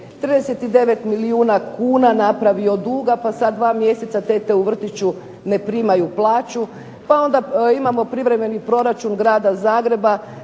39 milijuna kuna napravio duga pa sad dva mjeseca tete u vrtiću ne primaju plaću. Pa onda imamo privremeni proračun Grada Zagreba,